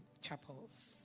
chapels